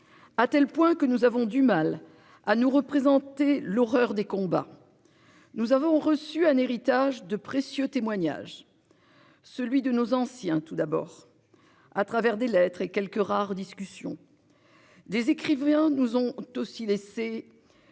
À tel point que nous avons du mal à nous représenter l'horreur des combats. Nous avons reçu un héritage de précieux témoignages. Celui de nos anciens. Tout d'abord à travers des lettres et quelques rares discussions. Des écrivains nous ont aussi laissé.